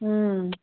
हूं